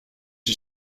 you